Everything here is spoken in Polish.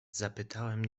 zapytałem